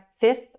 fifth